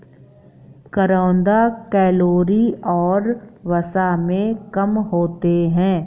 करौंदा कैलोरी और वसा में कम होते हैं